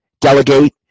delegate